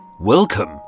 welcome